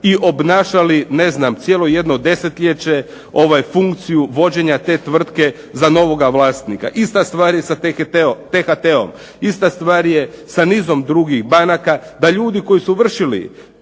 i obnašali cijelo jedno desetljeće funkciju vođenja te tvrtke za novoga vlasnika. Ista stvar je sa T-HT-om, ista stvar je sa nizom drugih banaka da ljudi koji su vršili